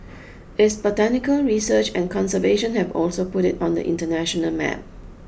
its botanical research and conservation have also put it on the international map